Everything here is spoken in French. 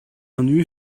nuit